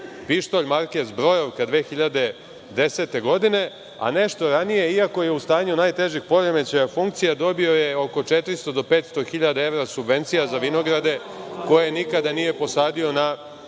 pištolj marke „Zbrojevka“ 2010. godine, a nešto ranije, iako je u stanju najtežih poremećaja funkcija dobio je oko 400 do 500 hiljada evra subvencija za vinograde koje nikada nije posadio na